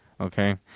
okay